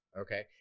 Okay